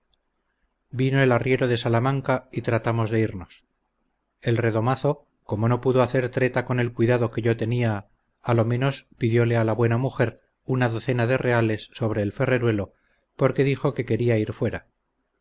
vino el arriero de salamanca y tratamos de irnos el redomazo como no pudo hacer treta con el cuidado que yo tenia a lo menos pidiole a la buena mujer una docena de reales sobre el ferreruelo porque dijo que quería ir fuera